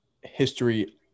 history